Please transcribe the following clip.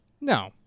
No